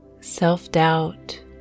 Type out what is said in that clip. Self-doubt